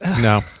no